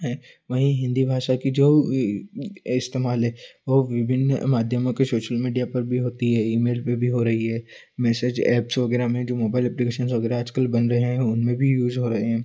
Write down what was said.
हैं वहीं हिन्दी भाषा की जो इस्तेमाल है वो विभिन्न माध्यमों के शोशल मीडिया पर भी होती है ईमेल पर भी हो रही है मेसेज ऐप्स वगैरह में जो मोबाइल अप्लीकेशन्स वगैरह आजकल बन रहे हैं उनमें भी यूज़ हो रहे हैं